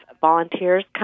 volunteers